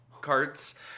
carts